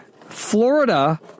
Florida